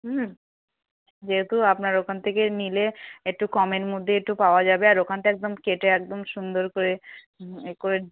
হুম যেহেতু আপনার ওখান থেকে নিলে একটু কমের মধ্যে একটু পাওয়া যাবে আর ওখানটা একদম কেটে একদম সুন্দর করে এ করে